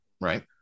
right